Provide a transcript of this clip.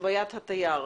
חוויית התייר.